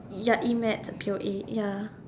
ya E-maths P_O_A ya